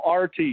RT –